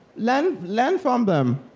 learn learn from them.